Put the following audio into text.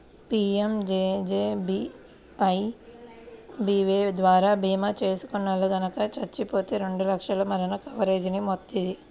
PMJJBY ద్వారా భీమా చేసుకున్నోల్లు గనక చచ్చిపోతే రెండు లక్షల మరణ కవరేజీని వత్తది